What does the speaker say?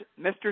Mr